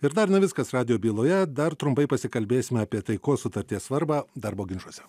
ir dar ne viskas radijo byloje dar trumpai pasikalbėsime apie taikos sutarties svarbą darbo ginčuose